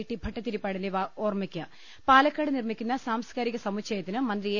T ഭട്ടതിരിപ്പാടിന്റെ ഓർമയ്ക്ക് പാലക്കാട് നിർമിക്കുന്ന സാംസ്ക്കാരിക സമുച്ചയത്തിന് മന്ത്രി എ